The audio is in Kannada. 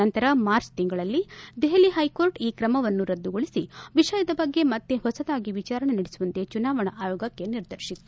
ನಂತರ ಮಾರ್ಚ್ ತಿಂಗಳಲ್ಲಿ ದೆಹಲಿ ಹೈಕೋರ್ಟ್ ಈ ಕ್ರಮವನ್ನು ರದ್ದುಗೊಳಿಸಿ ವಿಷಯದ ಬಗ್ಗೆ ಮತ್ತೆ ಹೊಸದಾಗಿ ವಿಚಾರಣೆ ನಡೆಸುವಂತೆ ಚುನಾವಣಾ ಆಯೋಗಕ್ಕೆ ನಿರ್ದೇಶಿಸಿತ್ತು